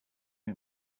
ملی